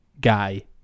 Guy